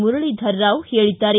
ಮುರಳಿಧರ್ ರಾವ್ ಹೇಳಿದ್ದಾರೆ